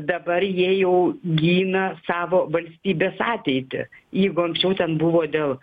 dabar jie jau gina savo valstybės ateitį jeigu anksčiau ten buvo dėl